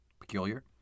peculiar